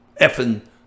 effing